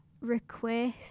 request